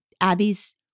Abby's